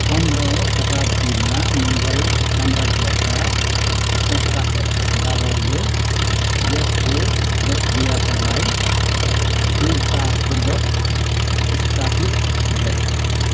पन्ध्रौँ शताब्दीमा मुगल साम्राज्यका संस्थापक बाबरले यसको लोकप्रियतालाई दृढतापूर्वक स्थापित गरे